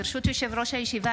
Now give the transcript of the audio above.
ברשות יושב-ראש הישיבה,